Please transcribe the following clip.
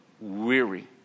weary